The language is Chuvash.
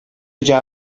ача